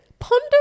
ponder